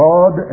God